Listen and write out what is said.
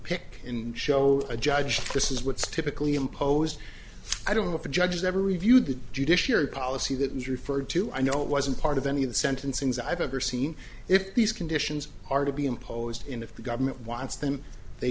pick and show a judge this is what's typically imposed i don't know if the judges ever reviewed the judiciary policy that was referred to i know it wasn't part of any of the sentencings i've ever seen if these conditions are to be imposed in if the government wants them they